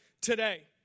today